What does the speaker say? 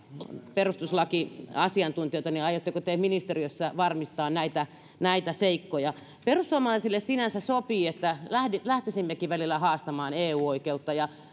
perustuslakiasiantuntijoita aiotteko te ministeriössä varmistaa näitä näitä seikkoja perussuomalaisille sinänsä sopii että lähtisimmekin välillä haastamaan eu oikeutta ja